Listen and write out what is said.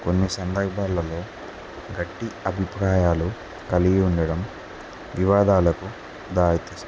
కొన్ని సందర్భాలలో గట్టి అభిప్రాయాలు కలిగి ఉండడం వివాదాలకు దాయిత